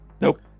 Nope